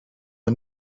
een